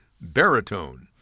baritone